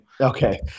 Okay